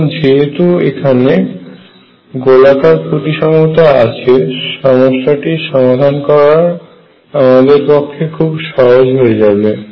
এখন যেহেতু এখানে গোলাকার প্রতিসমতা আছে সমস্যাটির সমাধান করা আমাদের পক্ষে খুবই সহজ হয়ে যাবে